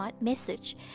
message